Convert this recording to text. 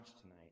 tonight